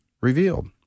revealed